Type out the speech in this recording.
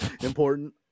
important